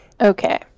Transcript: Okay